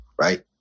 right